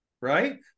right